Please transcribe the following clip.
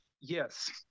yes